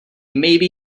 maybe